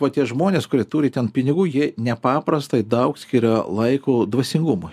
va tie žmonės kurie turi ten pinigų jie nepaprastai daug skiria laiko dvasingumui